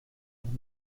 doch